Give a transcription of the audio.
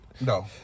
No